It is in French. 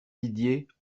didier